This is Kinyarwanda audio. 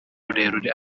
rurerure